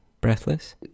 breathless